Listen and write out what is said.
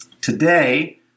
Today